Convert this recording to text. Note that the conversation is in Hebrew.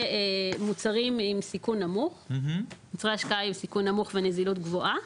במוצרי השקעה עם סיכון נמוך ונזילות גבוהה.